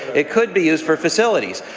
it could be used for facilities.